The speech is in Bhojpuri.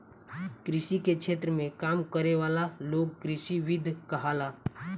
कृषि के क्षेत्र में काम करे वाला लोग कृषिविद कहाला